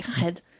God